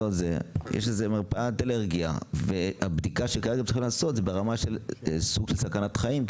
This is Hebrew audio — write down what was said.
יש מרפאת אלרגיה והבדיקה שהם נדרשים לעשות היא ברמה של סיכון חיים,